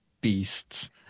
beasts